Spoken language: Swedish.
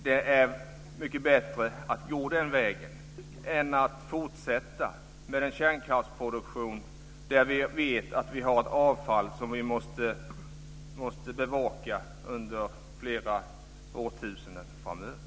Det är mycket bättre att gå den vägen än att fortsätta med en kärnkraftsproduktion, när vi vet att vi har ett avfall som vi måste bevaka under flera årtusenden framöver.